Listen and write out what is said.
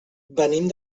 venim